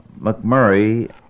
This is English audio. McMurray